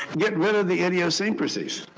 get rid of the idiosyncrasies.